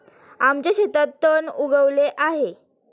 आमच्या शेतात तण उगवले आहे